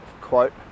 quote